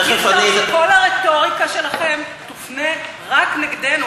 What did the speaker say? אי-אפשר שכל הרטוריקה שלכם תופנה רק נגדנו.